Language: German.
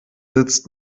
sitzt